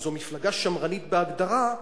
שזו מפלגה שמרנית בהגדרה,